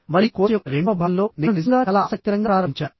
మరియు కోర్సు యొక్క రెండవ భాగంలో నేను నిజంగా చాలా ఆసక్తికరంగా ప్రారంభించాను